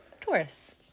Taurus